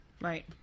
Right